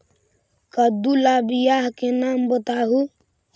कददु ला बियाह के नाम बताहु?